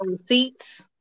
receipts